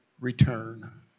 return